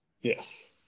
Yes